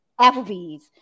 Applebee's